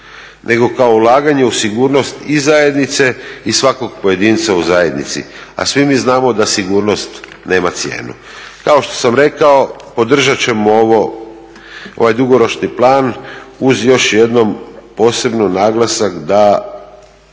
nego kao ulaganje u sigurnost i zajednice i svakog pojedinca u zajednici. A svi mi znamo da sigurnost nema cijenu. Kao što sam rekao podržat ćemo ovaj dugoročni plan uz još jednom posebni naglasak da